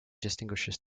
distinguishes